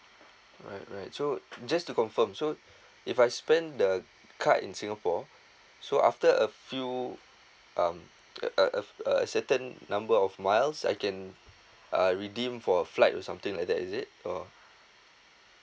right right so just to confirm so if I spend the card in singapore so after a few um a a a certain number of miles I can uh redeem for a flight or something like that is it or